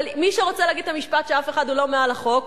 אבל מי שרוצה להגיד את המשפט שאף אחד הוא לא מעל החוק,